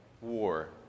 war